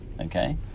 okay